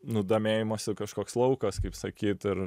nu domėjimosi kažkoks laukas kaip sakyt ir